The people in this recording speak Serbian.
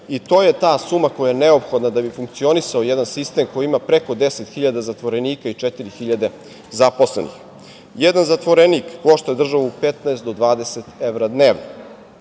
To je ta suma koja je neophodna da bi funkcionisao jedan sistem koji ima preko 10.000 zatvorenika i 4.000 zaposlenih. Jedan zatvorenik košta državu 15 do 20 evra dnevno.